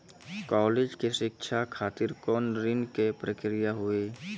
College के शिक्षा खातिर कौन ऋण के प्रक्रिया हुई?